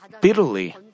bitterly